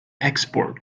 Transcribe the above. export